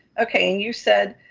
okay. and you said